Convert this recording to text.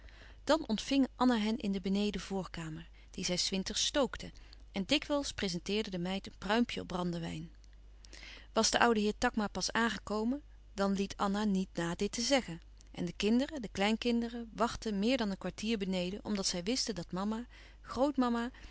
dan ontving anna hen in de beneden voorkamer die zij s winters stookte en dikwijls prezenteerde de meid een pruimpje op brandewijn was de oude heer takma pàs aangekomen dan liet anna niet na dit te zeggen en de kinderen de kleinkinderen wachtten meer dan een kwartier beneden omdat zij wisten dat mama